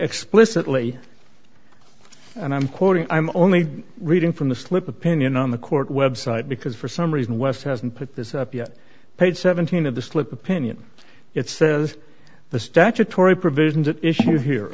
explicitly and i'm quoting i'm only reading from the slip opinion on the court website because for some reason west hasn't put this up yet page seventeen of the slip opinion it says the statutory provisions at issue here